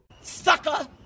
Sucker